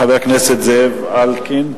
תודה רבה לחבר הכנסת זאב אלקין.